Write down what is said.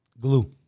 glue